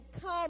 come